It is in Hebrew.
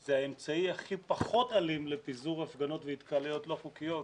זה האמצעי הכי פחות אלים לפיזור הפגנות והתקהלויות לא חוקית.